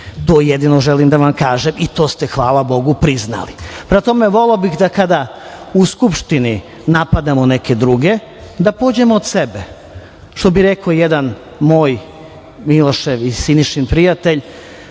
To jedino želim da vam kažem i to ste, hvala bogu, priznali. Prema tome, kada u Skupštini napadamo neke druge, voleo bih da pođemo od sebe. Što bi rekao jedan moj, Milošev i Sinišin prijatelj